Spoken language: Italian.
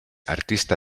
artista